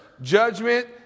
judgment